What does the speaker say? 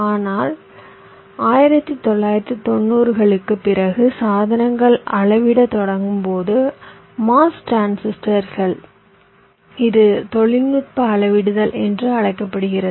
ஆனால் 1990 களுக்குப் பிறகு சாதனங்கள் அளவிடத் தொடங்கியபோது MOS டிரான்சிஸ்டர்கள் இது தொழில்நுட்ப அளவிடுதல் என்று அழைக்கப்படுகிறது